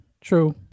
true